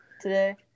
today